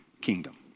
kingdom